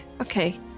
Okay